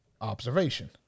observation